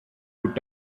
put